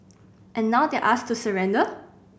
and now they're asked to surrender